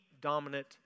dominant